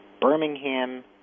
Birmingham